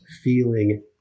feeling